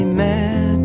mad